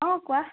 অ কোৱা